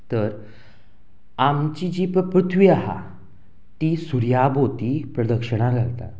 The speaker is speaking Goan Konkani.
तर आमची जी पळय पृथ्वी आहा ती सुर्या भोंवती प्रदक्षिणां घालता